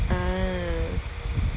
ah